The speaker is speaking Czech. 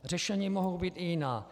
Řešení mohou být i jiná.